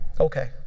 Okay